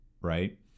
right